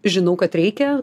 žinau kad reikia